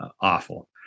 awful